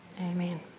Amen